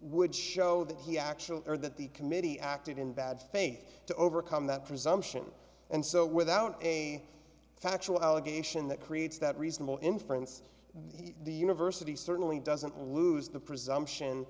would show that he actually or that the committee acted in bad faith to overcome that presumption and so without a factual allegation that creates that reasonable inference the university certainly doesn't lose the presumption